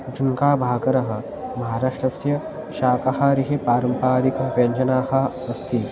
जुल्का भागरः महाराष्ट्रस्य शाकाहारिः पारम्परिकव्यञ्जनानि अस्ति